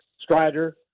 Strider